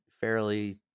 fairly